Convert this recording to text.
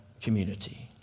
community